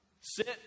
Sit